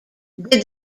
did